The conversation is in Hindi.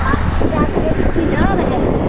आपकी डाक्टरी किधर है